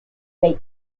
they